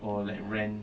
ya